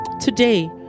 Today